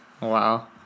Wow